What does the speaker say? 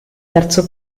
terzo